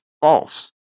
false